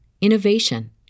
innovation